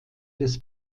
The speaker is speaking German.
des